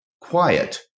quiet